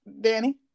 Danny